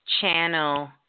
channel